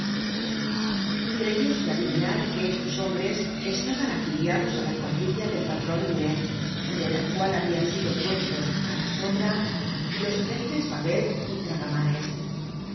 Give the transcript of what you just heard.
creyóse adivinar que estos hombres estaban afiliados á la cuadrilla del patrón minette de la cual habian sido puestos á la sombra los jefes babet y traga mares